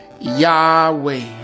Yahweh